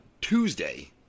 Tuesday